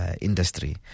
industry